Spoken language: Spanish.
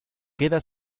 queda